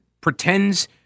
pretends